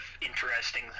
interesting